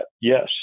yes